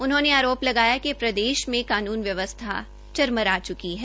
उन्होंने आरोप लगाया कि प्रदेश में कानून व्यवसथा चरमरा च्की है